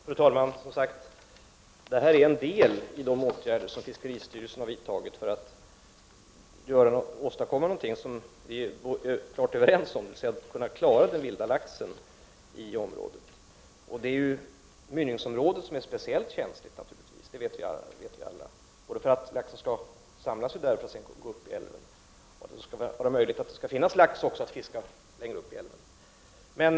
Fru talman! Dessa begränsningar utgör en del av de åtgärder som fiskeristyrelsen har vidtagit för att åstadkomma något som vi helt klart är överens om. Det gäller ju att klara den vilda laxen i området. Naturligtvis är mynningsområdet speciellt känsligt. Det vet vi alla. Där samlas ju laxen för att sedan gå uppåt älven. Alltså skall det sedan bli möjligt att fiska lax också längre uppåt älven.